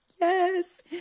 Yes